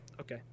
Okay